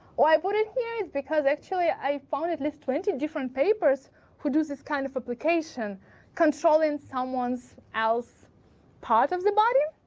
why i put and here is because actually, i found at least twenty different papers who do this kind of application controlling someone's else part of the body.